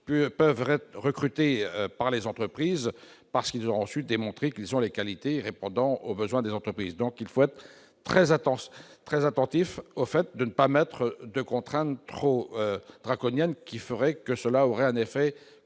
peuvent rester recrutés par les entreprises, parce qu'ils ont ensuite démontré qu'ils ont les qualités répondant aux besoins des entreprises, donc il faut être très intense, très attentif au fait de ne pas mettre de contraintes trop draconiennes qui ferait que cela aurait un effet